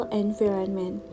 environment